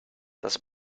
das